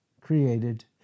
created